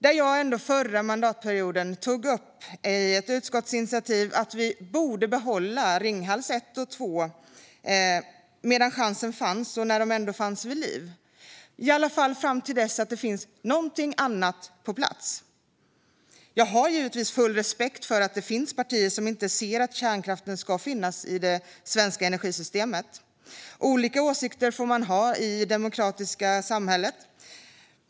Därför tog jag i ett utskottsinitiativ under förra mandatperioden upp att vi borde behålla Ringhals 1 och 2 medan chansen fanns och när de ändå var vid liv, i alla fram till dess att det finns något annat på plats. Jag har givetvis full respekt för att det finns partier som inte anser att kärnkraften ska finnas i det svenska energisystemet, och olika åsikter får man ha i ett demokratiskt samhälle.